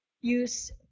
use